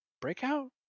Breakout